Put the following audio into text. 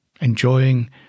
enjoying